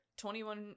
21